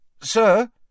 Sir